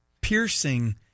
piercing